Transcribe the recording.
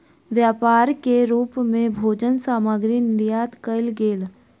व्यापार के रूप मे भोजन सामग्री निर्यात कयल गेल